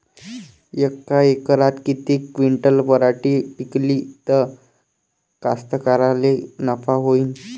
यका एकरात किती क्विंटल पराटी पिकली त कास्तकाराइले नफा होईन?